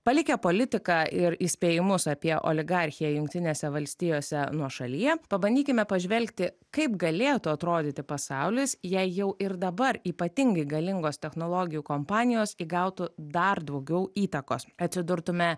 palikę politiką ir įspėjimus apie oligarchiją jungtinėse valstijose nuošalyje pabandykime pažvelgti kaip galėtų atrodyti pasaulis jei jau ir dabar ypatingai galingos technologijų kompanijos įgautų dar daugiau įtakos atsidurtume